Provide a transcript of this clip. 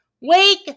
Wake